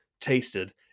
tasted